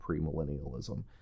premillennialism